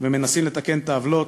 ומנסים לתקן את העוולות.